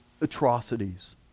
atrocities